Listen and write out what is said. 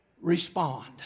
Respond